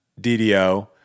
DDO